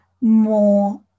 more